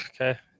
okay